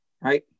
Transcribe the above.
right